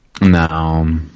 No